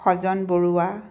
Sajan Barua